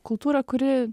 kultūrą kuri